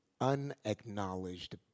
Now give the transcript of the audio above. unacknowledged